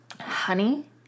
honey